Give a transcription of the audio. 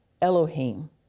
Elohim